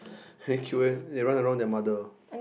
very cute eh they run around their mother